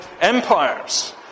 empires